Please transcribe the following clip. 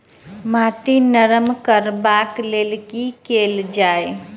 माटि नरम करबाक लेल की केल जाय?